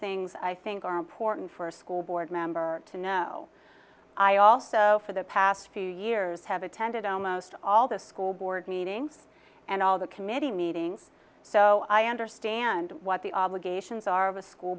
things i think are important for a school board member to know i also for the past few years have attended almost all the school board meetings and all the committee meetings so i understand what the obligations are of a school